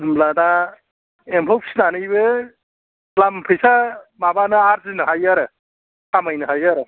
होनब्ला दा एम्फौ फिसिनानैबो द्लाम फैसा माबानो आर्जिनो हायो आरो खामायनो हायो आरो